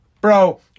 bro